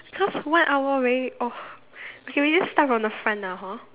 cause one hour very oh okay we just start from the front lah hor